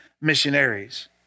missionaries